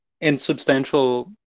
insubstantial